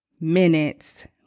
minutes